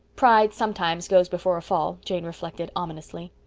pride sometimes goes before a fall, jane reflected ominously.